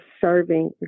serving